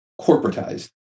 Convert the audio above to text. corporatized